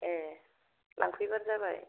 ए लांफैबानो जाबाय